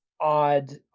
odd